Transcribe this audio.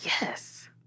Yes